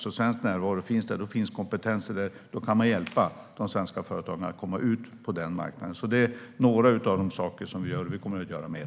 När Sverige finns där finns det kompetenser där, och då kan man hjälpa svenska företag att komma ut på den marknaden. Det är några av de saker som vi gör, och vi kommer att göra mer.